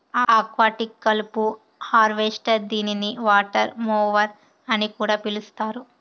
aquatic కలుపు harvester దీనిని water mower అని కూడా పిలుస్తారు